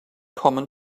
common